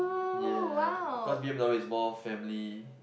ya cause B_M_W is more family